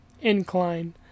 incline